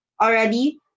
already